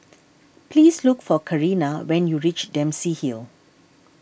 please look for Karina when you reach Dempsey Hill